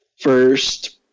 first